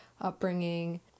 upbringing